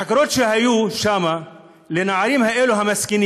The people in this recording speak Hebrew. החקירות שהיו שם לנערים המסכנים